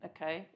Okay